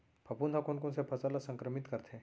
फफूंद ह कोन कोन से फसल ल संक्रमित करथे?